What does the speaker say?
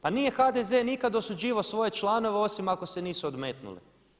Pa nije HDZ nikad osuđivao svoje članove osim ako se nisu odmetnuli.